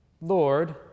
Lord